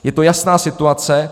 Je to jasná situace.